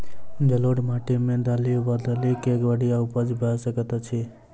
जलोढ़ माटि मे दालि वा दालि केँ बढ़िया उपज भऽ सकैत अछि की?